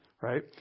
Right